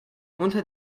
unter